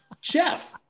Jeff